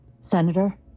Senator